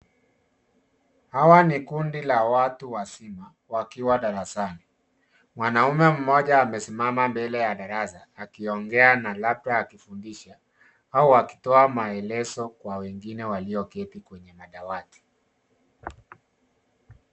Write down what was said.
Hawa ni kundi la watu wazima wakiwa darasani. Mwanaume mmoja amesimama mbele ya darasa akiongea na labda akifundisha au akitoa maelezo kwa wengine walioketi kwenye madawati.